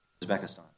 Uzbekistan